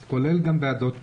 אז כולל גם ועדות קרואות.